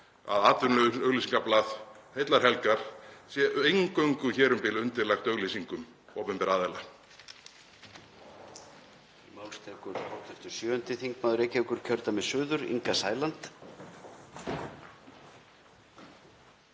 að atvinnuauglýsingablað heillar helgar sé eingöngu, hér um bil, undirlagt auglýsingum opinberra aðila.